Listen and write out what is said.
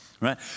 right